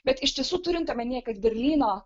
bet iš tiesų turint omenyje kad berlyno